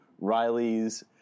Riley's